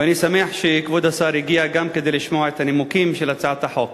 ואני שמח שכבוד השר הגיע גם כדי לשמוע את הנימוקים של הצעת החוק.